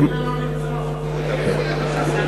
כנראה לא נמצא אותו.